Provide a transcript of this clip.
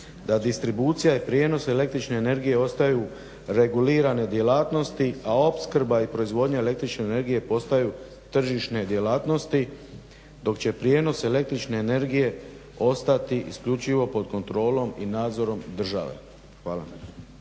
da distribucija je prijenos električne energije ostaju regulirane djelatnosti a opskrba i proizvodnja električne energije postaju tržišne djelatnosti, dok će prijenos električne energije ostati isključivo pod kontrolom i nadzorom države. Hvala.